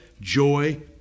joy